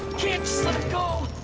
can't! just let go!